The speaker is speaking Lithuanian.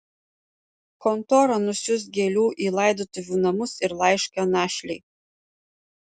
kontora nusiųs gėlių į laidotuvių namus ir laišką našlei